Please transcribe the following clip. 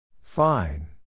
Fine